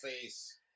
face